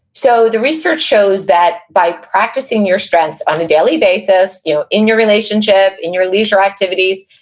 so the research shows that by practicing your strengths on a daily basis, you know, in your relationship, in your leisure activities,